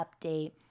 update